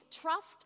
trust